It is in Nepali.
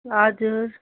हजुर